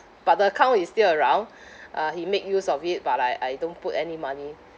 but the account is still around uh he make use of it but I I don't put any money